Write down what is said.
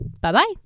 Bye-bye